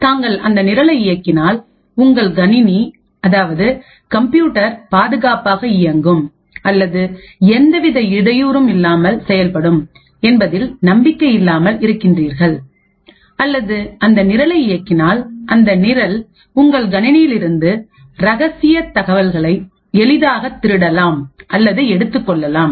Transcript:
தாங்கள் அந்த நிரலைஇயக்கினால் உங்கள் கணினி அதாவது கம்ப்யூட்டர் பாதுகாப்பாக இயங்கும் அல்லது எந்தவித இடையூறும் இல்லாமல் செயல்படும் என்பதில் நம்பிக்கை இல்லாமல் இருக்கின்றீர்கள் அல்லது அந்த நிரலை இயக்கினால் அந்த நிரல் உங்கள் கணினியிலிருந்து ரகசிய தகவல்களை எளிதாக திருடலாம் அல்லது எடுத்துக் கொள்ளலாம்